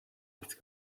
nichts